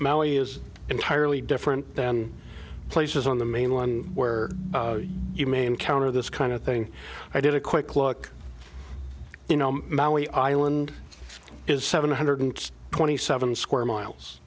now is entirely different than places on the main one where you may encounter this kind of thing i did a quick look you know maui island is seven hundred twenty seven square miles